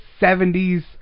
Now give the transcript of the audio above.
70s